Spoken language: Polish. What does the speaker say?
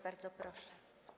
Bardzo proszę.